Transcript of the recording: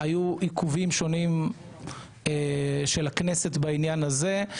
היו עיכובים שונים של הכנסת בעניין הזה,